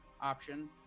option